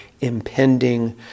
impending